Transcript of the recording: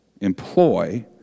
employ